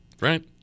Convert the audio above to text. Right